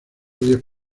diez